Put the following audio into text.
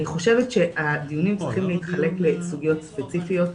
אני חושבת שהדיונים צריכים להתחלק לסוגיות ספציפיות,